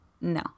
No